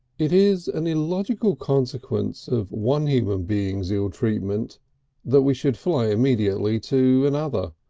it is an illogical consequence of one human being's ill-treatment that we should fly immediately to another,